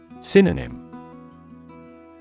Synonym